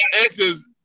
exes